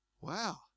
Wow